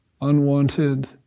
unwanted